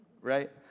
right